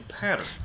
pattern